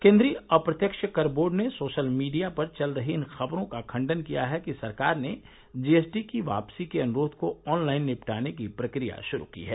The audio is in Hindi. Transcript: केन्द्रीय अप्रत्यक्ष कर बोर्ड ने सोशल मीडिया पर चल रही इन खबरों का खंडन किया है कि सरकार ने जीएसटी की वापसी के अनुरोघ को ऑनलाइन निपटाने की प्रक्रिया शुरू की है